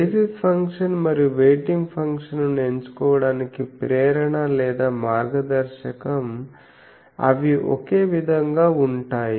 basis function మరియు weighting ఫంక్షన్ను ఎంచుకోవడానికి ప్రేరణ లేదా మార్గదర్శకం అవి ఒకే విధంగా ఉంటాయి